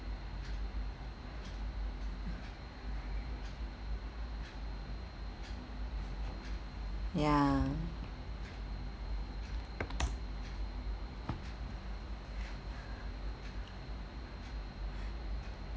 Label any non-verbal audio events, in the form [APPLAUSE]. ya [NOISE]